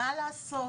מה לעשות,